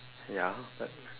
ya but